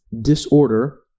disorder